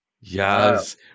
Yes